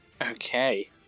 Okay